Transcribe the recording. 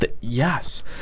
Yes